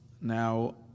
Now